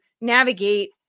navigate